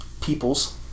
peoples